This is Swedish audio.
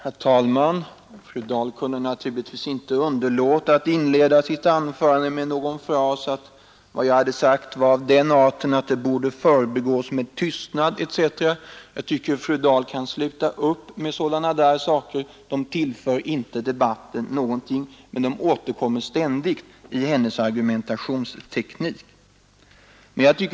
Herr talman! Fru Dahl kunde naturligtvis inte underlåta att inleda sitt anförande med någon fras om att vad jag hade sagt var av den arten att det borde förbigås med tystnad etc. Jag tycker att fru Dahl kan sluta upp med sådana saker — de tillför inte debatten någonting men återkommer ständigt i hennes argumentationsteknik.